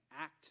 act